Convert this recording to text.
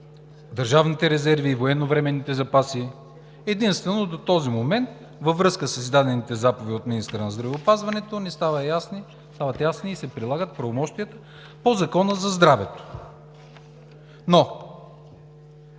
Държавния резерв и военновременните запаси, а е единствено във връзка с издадените заповеди от министъра на здравеопазването, ни стават ясни и се прилагат правомощията по Закона за здравето.